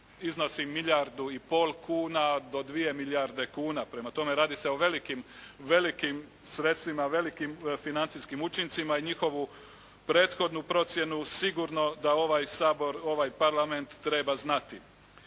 iznosi milijardu i pol kuna do 2 milijarde kuna. Prema tome, radi se o velikim sredstvima, velikim financijskim učincima i njihovu prethodnu procjenu sigurno da ovaj Sabor, ovaj parlament treba znati.